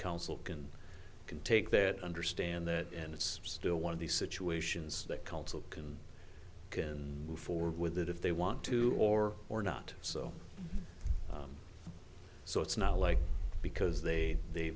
council can can take that understand that and it's still one of the situations that council can can move forward with that if they want to or or not so so it's not like because they they